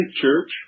church